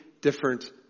different